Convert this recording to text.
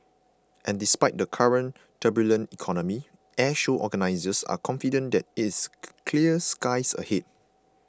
and despite the current turbulent economy Airshow organisers are confident that it's clear skies ahead